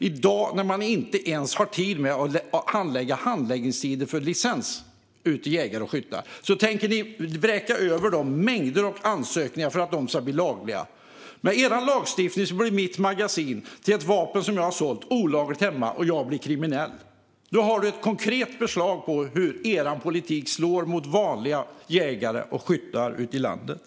I dag har de inte ens tid att handlägga licenser för jägare och skyttar, men ni tänker vräka mängder av ansökningar över dem för att detta ska bli lagligt. Med er lagstiftning blir mitt magasin till ett vapen som jag har sålt olagligt, och jag blir kriminell. Det är ett konkret exempel på hur er politik slår mot vanliga jägare och skyttar ute i landet.